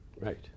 right